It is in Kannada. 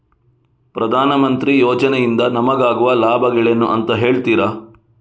ಪ್ರಧಾನಮಂತ್ರಿ ಯೋಜನೆ ಇಂದ ನಮಗಾಗುವ ಲಾಭಗಳೇನು ಅಂತ ಹೇಳ್ತೀರಾ?